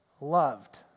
loved